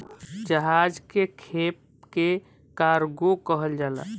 जहाज के खेप के कार्गो कहल जाला